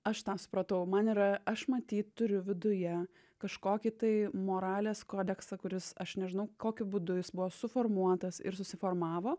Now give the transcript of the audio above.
aš tą supratau man yra aš matyt turiu viduje kažkokį tai moralės kodeksą kuris aš nežinau kokiu būdu jis buvo suformuotas ir susiformavo